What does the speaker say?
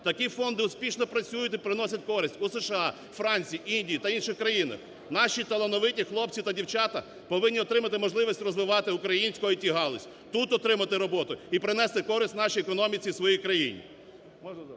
Такі фонди успішно працюють і приносять користь у США, Франції, Індії та в інших країнах. Наші талановиті хлопці та дівчата повинні отримати можливість розвивати українську ІТ-галузь, тут отримати роботу і принести користь нашій економіці в своїй країні.